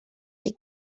chi